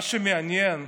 מה שמעניין,